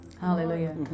hallelujah